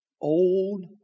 Old